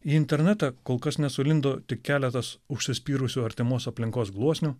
į internetą kol kas nesulindo tik keletas užsispyrusių artimos aplinkos gluosnių